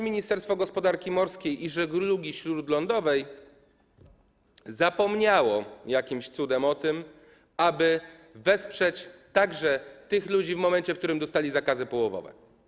Ministerstwo Gospodarki Morskiej i Żeglugi Śródlądowej zapomniało jakimś cudem o tym, aby wesprzeć także tych ludzi w momencie, w którym dostali zakazy połowowe.